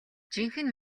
жинхэнэ